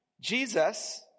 Jesus